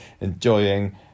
enjoying